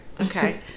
Okay